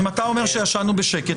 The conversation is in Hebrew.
אם אתה אומר שישנו בשקט,